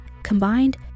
Combined